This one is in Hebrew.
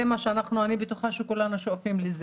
אני בטוחה שכולנו שואפים לזה.